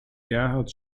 gerhard